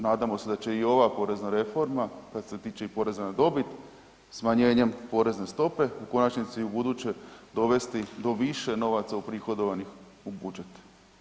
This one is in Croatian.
Nadamo se da će i ova porezna reforma koja se tiče i poreza na dobit smanjenjem porezne stope u konačnici ubuduće dovesti do više novaca uprihodovanih u budžet.